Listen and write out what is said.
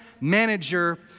manager